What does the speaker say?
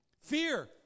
Fear